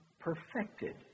perfected